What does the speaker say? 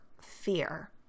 fear